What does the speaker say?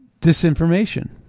disinformation